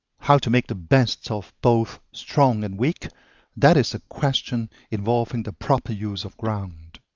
how to make the best of both strong and weak that is a question involving the proper use of ground.